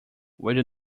will